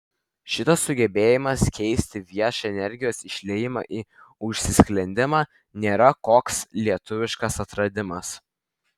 šitas sugebėjimas keisti viešą energijos išliejimą į užsisklendimą nėra koks lietuviškas atradimas